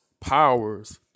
powers